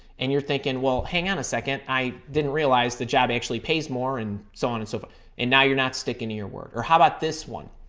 and you're thinking, well, hang on a second. i didn't realize the job actually pays more and so on and so forth. and now you're not sticking to your word. or how about this one?